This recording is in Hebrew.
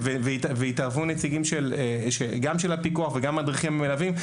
והתערבו נציגים של הפיקוח וגם מדריכים מלווים.